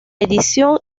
edición